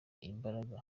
imbaraga